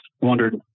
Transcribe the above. wondered –